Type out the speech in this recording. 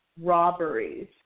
robberies